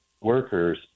workers